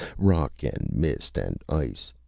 rock and mist and ice.